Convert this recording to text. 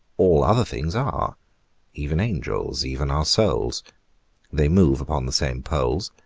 all other things are even angels, even our souls they move upon the same poles,